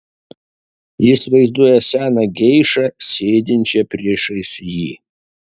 jis vaizduoja seną geišą sėdinčią priešais jį